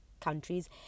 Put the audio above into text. countries